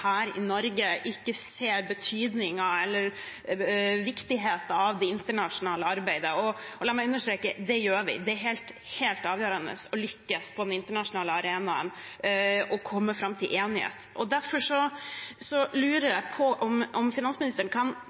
her i Norge, ikke ser viktigheten av det internasjonale arbeidet. La meg understreke: Det gjør vi. Det er helt avgjørende å lykkes på den internasjonale arenaen og å komme fram til enighet. Derfor lurer jeg på om finansministeren kan